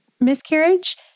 miscarriage